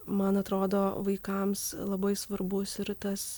man atrodo vaikams labai svarbus ir tas